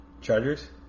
Chargers